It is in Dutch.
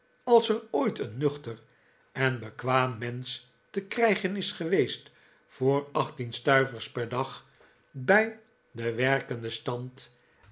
als er ooit een nuchter en bekwaam mensch te krijgen is geweest voor achttien stuivers per dag bij den werkenden stand